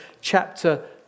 chapter